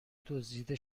دزدیده